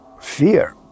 fear